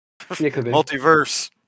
multiverse